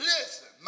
Listen